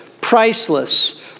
priceless